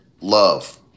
love